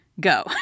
go